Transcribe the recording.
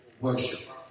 Worship